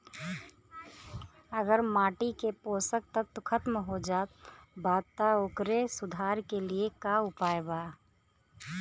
अगर माटी के पोषक तत्व खत्म हो जात बा त ओकरे सुधार के लिए का उपाय बा?